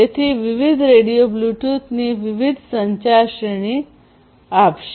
તેથી વિવિધ રેડિયો બ્લૂટૂથની વિવિધ સંચાર શ્રેણી આપશે